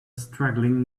struggling